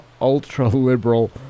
ultra-liberal